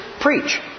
preach